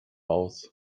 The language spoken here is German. aus